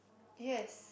yes